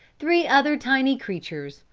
three other tiny creatures,